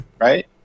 right